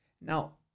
Now